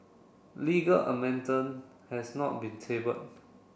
legal has not been tabled